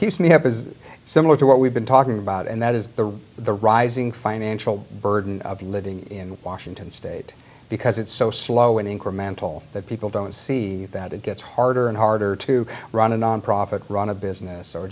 keeps me up is similar to what we've been talking about and that is the the rising financial burden of living in washington state because it's so slow and incremental that people don't see that it gets harder and harder to run a nonprofit run a business or